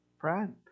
friend